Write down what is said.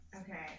Okay